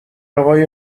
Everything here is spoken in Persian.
اقای